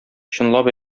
чынлап